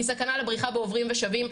היא סכנה לפגיעה בעוברים ושבים,